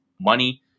money